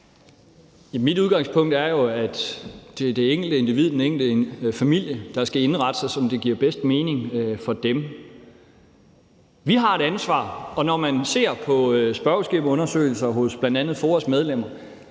Mit udgangspunkt er jo, at det er det enkelte individ, den enkelte familie, der skal indrette sig, som det giver bedst mening for dem. Vi har et ansvar, og når man ser på spørgeskemaundersøgelser hos bl.a. FOA's medlemmer,